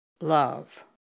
love